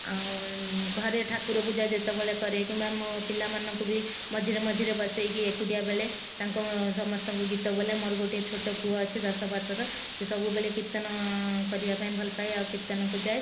ଆଉ ଘରେ ଠାକୁର ପୂଜା ଯେତେବେଳେ କରେ କିମ୍ବା ମୋ ପିଲା ମାନଙ୍କୁ ବି ମଝିରେ ମଝିରେ ବସେଇକି ଏକୁଟିଆ ବେଳେ ତାଙ୍କ ସମସ୍ତଙ୍କୁ ଗୀତ ବୋଲେ ମୋର ଗୋଟେ ଛୋଟ ପୁଅ ଅଛି ଦଶ ବର୍ଷର ସେ ସବୁବେଳେ କୀର୍ତ୍ତନ କରିବା ପାଇଁ ଭଲ ପାଏ ଆଉ କୀର୍ତ୍ତନ କୁ ଯାଏ